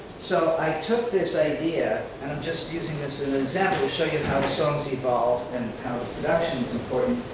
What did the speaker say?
so i took this idea and i'm just using this as an example, to show you how the song has evolved, and how production's important.